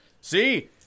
See